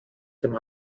dem